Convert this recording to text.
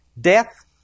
death